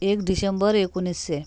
एक डिसेंबर एकोणीसशे